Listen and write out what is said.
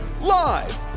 Live